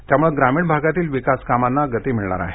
त्यामुळे ग्रामीण भागातील विकास कामांना गती मिळणार आहे